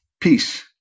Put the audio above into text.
Peace